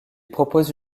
propose